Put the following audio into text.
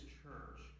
church